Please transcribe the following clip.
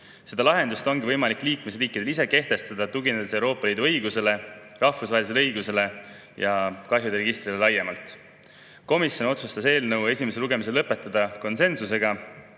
Seda lahendust on võimalik liikmesriikidel ise kehtestada, tuginedes Euroopa Liidu õigusele, rahvusvahelisele õigusele ja kahjude registrile laiemalt. Komisjon otsustas konsensusega eelnõu esimese lugemise lõpetada.